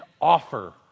offer